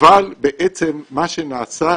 אבל בעצם מה שנעשה,